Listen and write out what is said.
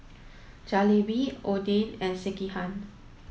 Jalebi Oden and Sekihan